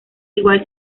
igual